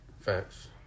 Facts